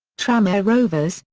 tranmere rovers,